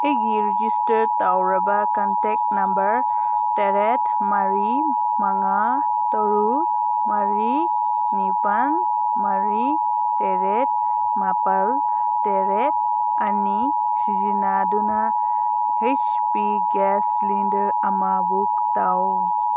ꯑꯩꯒꯤ ꯔꯦꯖꯤꯁꯇꯔ ꯇꯧꯔꯕ contact number ꯇꯔꯦꯠ ꯃꯔꯤ ꯃꯉꯥ ꯇꯔꯨꯛ ꯃꯔꯤ ꯅꯤꯄꯥꯜ ꯃꯔꯤ ꯇꯔꯦꯠ ꯃꯥꯄꯜ ꯇꯔꯦꯠ ꯑꯅꯤ ꯁꯤꯖꯤꯟꯅꯗꯨꯅ ꯍꯩꯁ ꯄꯤ ꯒ꯭ꯋꯥꯁ ꯁꯤꯂꯤꯟꯗꯔ ꯑꯃ ꯕꯨꯛ ꯇꯧ